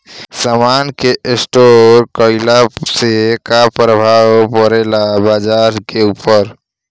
समान के स्टोर काइला से का प्रभाव परे ला बाजार के ऊपर?